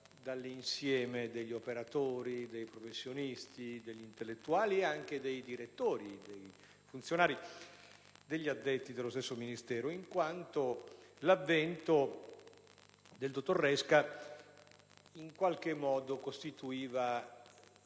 dall'insieme degli operatori, dei professionisti, degli intellettuali ed anche dei direttori, dei funzionari e degli addetti dello stesso Ministero. Infatti, l'avvento del dottor Resca costituiva